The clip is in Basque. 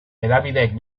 hedabideek